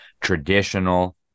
traditional